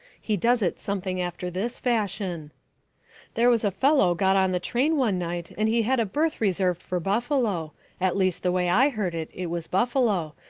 he does it something after this fashion there was a fellow got on the train one night and he had a berth reserved for buffalo at least the way i heard it, it was buffalo,